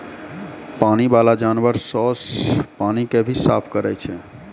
पानी बाला जानवर सोस पानी के भी साफ करै छै